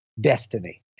destiny